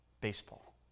baseball